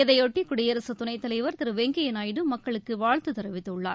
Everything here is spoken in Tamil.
இதையொட்டி குடியரசு துணைத் தலைவர் திரு வெங்கய்ய நாயுடு மக்களுக்கு வாழ்த்து தெரிவித்துள்ளார்